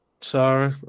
Sorry